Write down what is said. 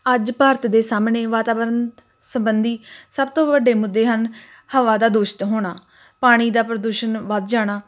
ਅੱਜ ਭਾਰਤ ਦੇ ਸਾਹਮਣੇ ਵਾਤਾਵਰਨ ਸਬੰਧੀ ਸਭ ਤੋਂ ਵੱਡੇ ਮੁੱਦੇ ਹਨ ਹਵਾ ਦਾ ਦੂਸ਼ਿਤ ਹੋਣਾ ਪਾਣੀ ਦਾ ਪ੍ਰਦੂਸ਼ਣ ਵੱਧ ਜਾਣਾ